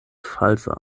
falsa